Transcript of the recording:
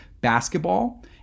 basketball